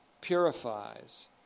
purifies